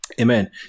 amen